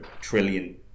trillion